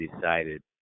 decided